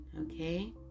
okay